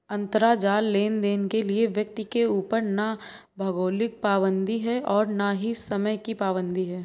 अंतराजाल लेनदेन के लिए व्यक्ति के ऊपर ना भौगोलिक पाबंदी है और ना ही समय की पाबंदी है